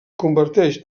converteix